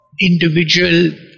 individual